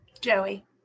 Joey